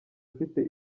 ufite